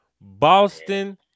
Boston